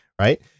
right